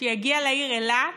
שיגיע לעיר אילת